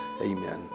Amen